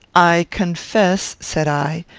i confess, said i,